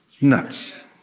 Nuts